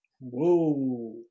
whoa